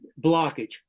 blockage